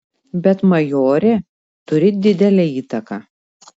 bet majorė turi didelę įtaką